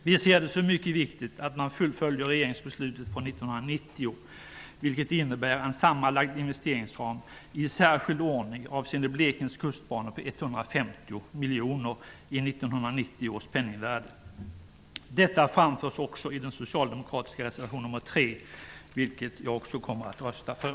Vi ser det som mycket viktigt att man fullföljer regeringsbeslutet från 1990, vilket innebär en sammanlagd investeringsram i särskild ordning avseende Blekinge kustbana på 150 miljoner i 1990 års penningvärde. Detta framförs också i den socialdemokratiska reservationen nr 3, vilken jag kommer att rösta för.